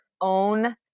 own